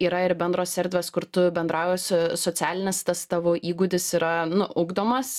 yra ir bendros erdvės kur tu bendrauji su socialinis tas tavo įgūdis yra nu ugdomas